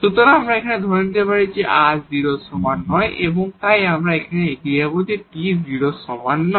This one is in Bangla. সুতরাং এখানে আমরা ধরে নিই r 0 এর সমান নয় এবং এখন তাই আমরা এগিয়ে যাব যখন t 0 এর সমান নয়